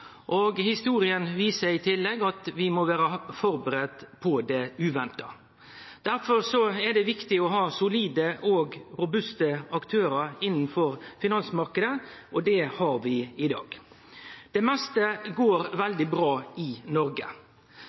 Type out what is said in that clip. snu. Historia viser i tillegg at vi må vere forberedt på det uventa. Derfor er det viktig å ha solide og robuste aktørar innanfor finansmarknaden, og det har vi i dag. Det meste går veldig bra i Noreg.